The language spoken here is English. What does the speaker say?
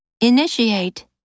Initiate